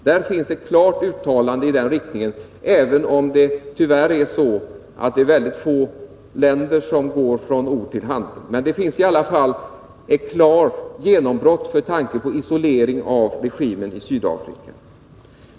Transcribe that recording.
Där finns ett klart uttalande i den riktningen, även om det tyvärr är väldigt få länder som går från ord till handling. Men det har i alla fall blivit ett klart genombrott för tanken på isolering av regimen i Sydafrika.